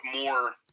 more